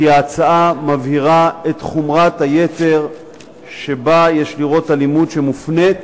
כי ההצעה מבהירה את חומרת היתר שבה יש לראות אלימות שמופנית